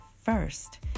first